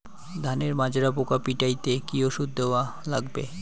ধানের মাজরা পোকা পিটাইতে কি ওষুধ দেওয়া লাগবে?